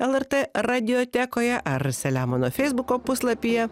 lrt radijotekoje ar saliamono feisbuko puslapyje